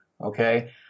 Okay